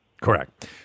Correct